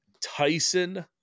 Tyson